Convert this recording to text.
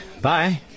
Bye